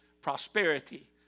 prosperity